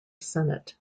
senate